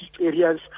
areas